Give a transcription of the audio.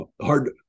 Hard